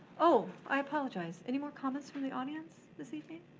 oh, i apologize. any more comments from the audience this evening?